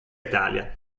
italia